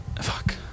Fuck